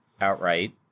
outright